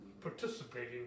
participating